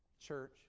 Church